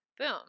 Boom